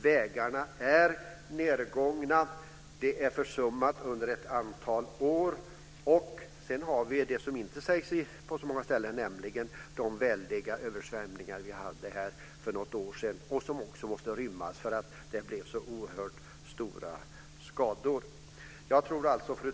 Vägarna är nedgångna och har försummats under ett antal år. Sedan finns det som inte sägs på så många ställen, nämligen de väldiga översvämningarna för något år sedan. Det blev oerhört stora skador. Fru talman!